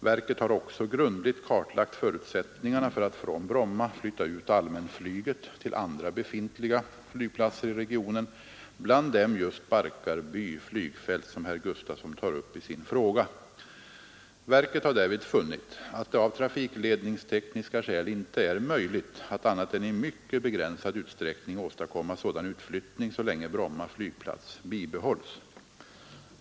Verket har också grundligt kartlagt förutsättningarna för att från Bromma flytta ut allmänflyget till andra befintliga flygplatser i regionen, bland dem just Barkarby flygfält som herr Gustafsson tar upp i sin fråga. Verket har därvid funnit att det av trafikledningstekniska skäl inte är möjligt att annat än i mycket begränsad utsträckning åstadkomma sådan utflyttning så länge Bromma flygplats bibehålls.